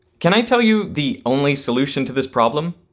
can i tell you the only solution to this problem?